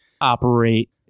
operate